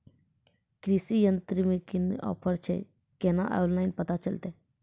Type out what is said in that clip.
कृषि यंत्र मे की ऑफर छै केना ऑनलाइन पता चलतै?